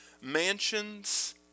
mansions